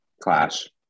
Clash